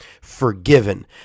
forgiven